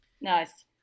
nice